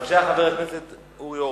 בבקשה, חבר הכנסת אורי אורבך.